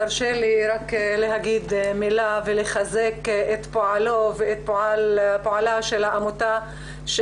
תרשה לי רק להגיד מילה ולחזק את פועלו ואת פועלה של העמותה.